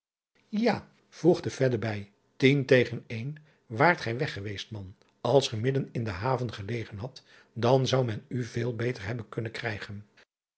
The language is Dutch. a voegde er bij tien tegen een waart gij weg geweest man ls ge midden in de haven gelegen hadt dan zou men u veel beter hebben kunnen krijgen